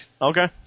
Okay